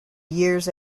years